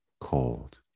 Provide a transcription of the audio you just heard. cold